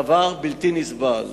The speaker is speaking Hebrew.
דבר בלתי נסבל.